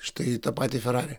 štai tą patį ferarį